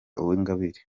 uwingabire